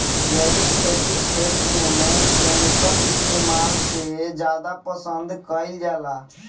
जैविक खेती खेत में केमिकल इस्तेमाल से ज्यादा पसंद कईल जाला